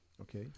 Okay